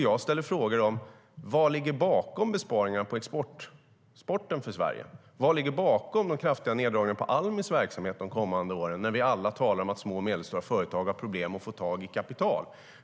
Jag ställer frågor om vad som ligger bakom besparingarna på exporten och på Almis verksamhet de kommande åren. Vi talar alla om att små och medelstora företag har problem med att få tag i kapital.